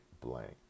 blank